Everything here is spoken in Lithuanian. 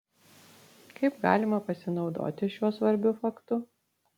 kaip galima pasinaudoti šiuo svarbiu faktu